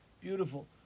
beautiful